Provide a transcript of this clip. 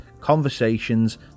conversations